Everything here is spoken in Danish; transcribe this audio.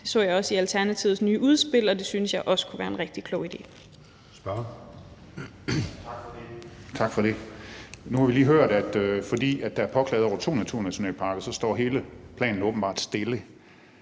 Det så jeg også i Alternativets nye udspil, og det synes jeg også kunne være en rigtig klog idé.